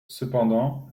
cependant